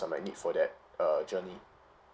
I might need for that uh journey